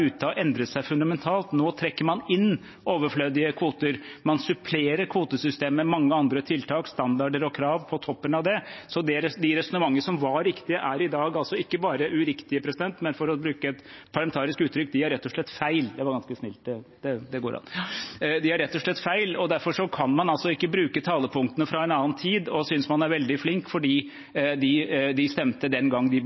seg fundamentalt. Nå trekker man inn overflødige kvoter. Man supplerer kvotesystemet med mange andre tiltak, standarder og krav på toppen av det, så de resonnementene som var riktige, er i dag ikke bare uriktige, men for å bruke et parlamentarisk uttrykk: De er rett og slett feil. Det var ganske snilt, så det går det vel an å si. De er rett og slett feil, og derfor kan man altså ikke bruke talepunktene fra en annen tid og synes man er veldig flink, fordi de